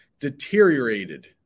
Deteriorated